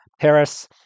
Paris